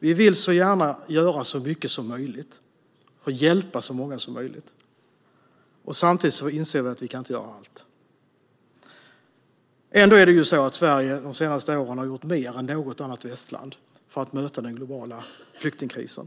Vi vill så gärna göra så mycket som möjligt och hjälpa så många som möjligt. Samtidigt inser vi att vi inte kan göra allt. Ändå har Sverige de senaste åren gjort mer än något annat västland för att möta den globala flyktingkrisen.